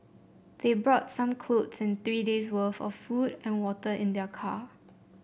they brought some clothes and three days worth of food and water in their car